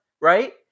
Right